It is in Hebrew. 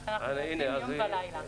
לכן אנחנו עובדים יום ולילה.